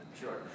Sure